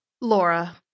Laura